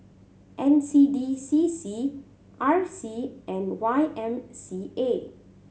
N C D C C R C and Y M C A